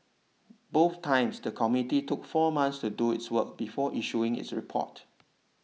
both times the committee took four months to do its work before issuing its report